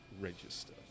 register